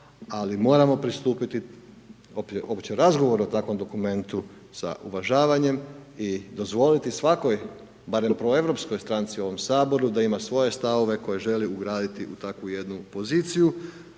ali moramo pristupiti uopće razgovoru o takvom dokumentu sa uvažavanjem i dozvoliti svakoj, barem proeuropskoj stranci u ovom Saboru da ima svoje stavove koje želi ugraditi u takvu jednu poziciju,